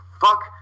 fuck